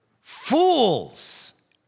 fools